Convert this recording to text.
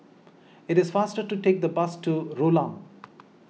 it is faster to take the bus to Rulang